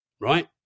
Right